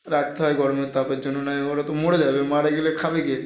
রাখতে হয় গরমের তাপের জন্য নয় ওরা তো মরে যাবে মারা গেলে খাবে কে